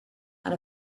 and